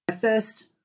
first